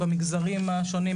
במגזרים השונים,